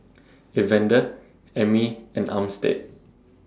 Evander Emmie and Armstead